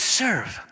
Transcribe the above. serve